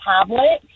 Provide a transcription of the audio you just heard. tablet